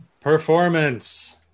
performance